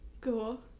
cool